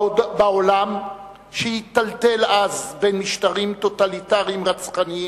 בעולם שהיטלטל אז בין משטרים טוטליטריים רצחניים,